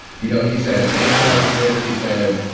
you know, he's had antoine smith. he's had,